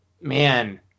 Man